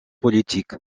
politique